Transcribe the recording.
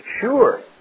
sure